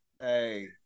Hey